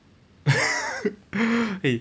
eh